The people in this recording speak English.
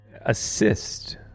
assist